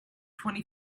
twenty